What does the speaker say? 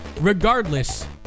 regardless